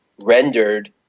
rendered